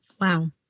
Wow